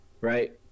right